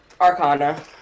Arcana